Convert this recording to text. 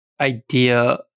idea